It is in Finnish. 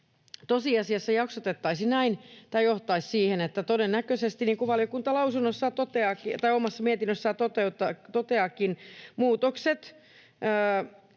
tosiasiassa jaksotettaisiin näin, tämä johtaisi siihen, että todennäköisesti, niin kuin valiokunta omassa mietinnössään toteaakin: